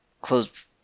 close